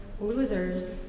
losers